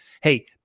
hey